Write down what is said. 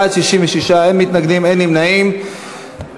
התשע"ג 2013,